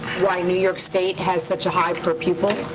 why new york state has such a high per pupil